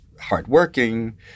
hardworking